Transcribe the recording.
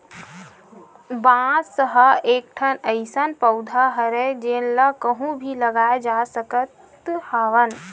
बांस ह एकठन अइसन पउधा हरय जेन ल कहूँ भी लगाए जा सकत हवन